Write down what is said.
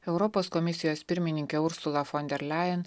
europos komisijos pirmininkė ursula fonderlein